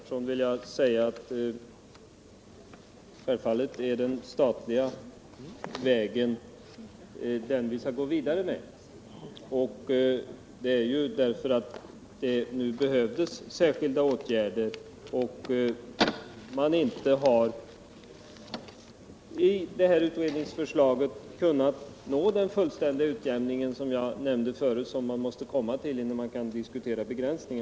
Herr talman! Till herr Berndtson vill jag säga att vi självfallet skall gå vidare på den statliga vägen. Men det behövdes ju nu särskilda åtgärder, eftersom man i utredningsförslaget inte uppnått den fullständiga utjämning som jag tidigare sade att man måste komma fram till innan man kan diskutera begränsningen.